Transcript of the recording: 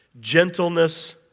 gentleness